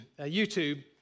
YouTube